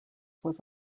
was